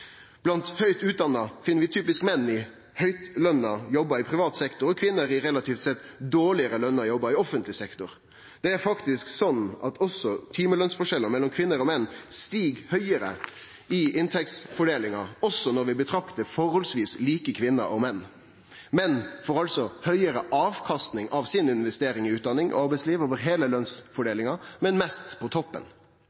Blant høgt utdanna finn vi typisk menn i høgt løna jobbar i privat sektor og kvinner i relativt sett dårlegare lønte jobbar i offentleg sektor. Det er faktisk slik at også timelønsforskjellar mellom kvinner og menn stig høgare i inntektsfordelinga, også når vi ser på forholdsvis like kvinner og menn. Menn får altså høgare avkasting av si investering i utdanning i arbeidslivet over